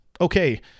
Okay